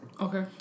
Okay